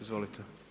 Izvolite.